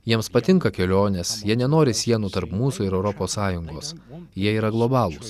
jiems patinka kelionės jie nenori sienų tarp mūsų ir europos sąjungos jie yra globalūs